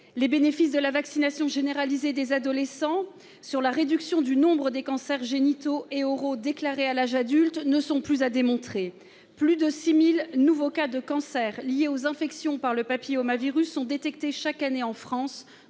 Les bénéfices de la vaccination généralisée des adolescents sur la réduction du nombre des cancers génitaux et oraux déclarés à l'âge adulte ne sont plus à démontrer. Plus de 6 000 nouveaux cas de cancers liés aux infections par le papillomavirus sont détectés chaque année en France,